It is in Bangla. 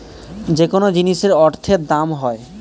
যেকোনো জিনিসের অর্থের দাম হয়